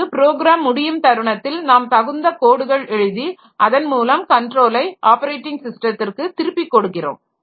பிறகு ப்ரோக்ராம் முடியும் தருணத்தில் நாம் தகுந்த கோடுகள் எழுதி அதன்மூலம் கண்ட்ரோலை ஆப்பரேட்டிங் ஸிஸ்டத்திற்கு திருப்பிக் கொடுக்கிறோம்